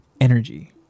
energy